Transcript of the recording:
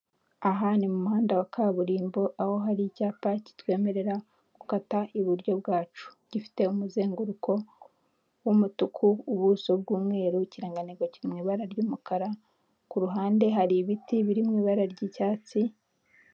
Aha ni mu muhanda wa kaburimbo aho hari icyapa kitwemerera gukata iburyo bwacu, gifite umuzenguruko w'umutuku, ubuso bw'umweru ikirangantego kiri mu ibara ry'umukara, ku ruhande hari ibiti biri mu ibara ry'icyatsi.